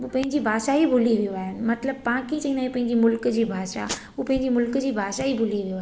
पंहिंजी भाषा ई भुली वियो आहे मतलबु पाण कीअं चवंदा आहियूं पंहिंजी मुल्क़ जी भाषा उहो पंहिंजे मुल्क़ जी भाषा ई भुली वियो आहे